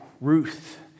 Ruth